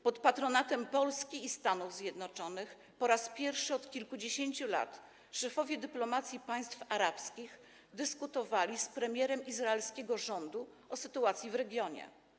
Pod patronatem Polski i Stanów Zjednoczonych, po raz pierwszy od kilkudziesięciu lat, szefowie dyplomacji państw arabskich dyskutowali z premierem izraelskiego rządu o sytuacji w regionie.